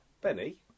Benny